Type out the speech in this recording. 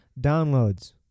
Downloads